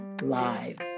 lives